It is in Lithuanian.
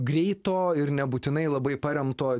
greito ir nebūtinai labai paremto